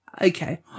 Okay